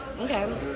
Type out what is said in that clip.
Okay